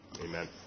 Amen